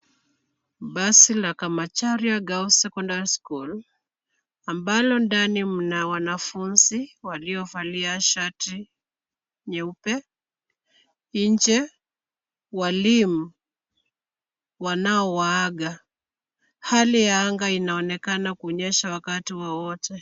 Basi la Kamacharia girls secondary school ambalo ndani mna wanafunzi waliovalia shati nyeupe, nje walimu wanao waaga. Hali ya anga inaonekana kunyesha wakati wowote.